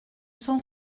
sont